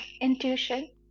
intuition